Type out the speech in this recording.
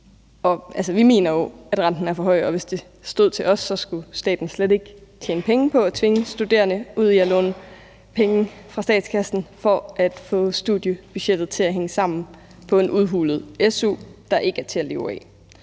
Vi mener jo, at renten er for høj, og hvis det stod til os, skulle staten slet ikke tjene penge på at tvinge studerende ud i at låne penge fra statskassen for at få studiebudgettet til at hænge sammen på en udhulet su, der ikke er til at leve af,